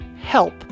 help